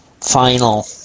final